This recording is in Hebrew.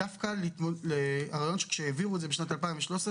הרעיון כשהעבירו בשנת 2013,